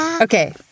Okay